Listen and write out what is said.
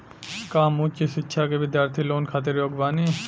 का हम उच्च शिक्षा के बिद्यार्थी लोन खातिर योग्य बानी?